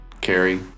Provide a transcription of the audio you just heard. Carrie